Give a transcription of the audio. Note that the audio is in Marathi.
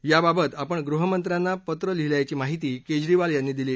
याबाबत आपण गृहमंत्र्यांना पत्र लिहील्याची माहिती केजरीवाल यांनी दिली